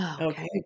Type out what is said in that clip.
Okay